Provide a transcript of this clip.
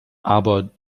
aber